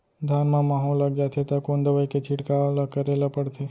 धान म माहो लग जाथे त कोन दवई के छिड़काव ल करे ल पड़थे?